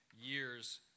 years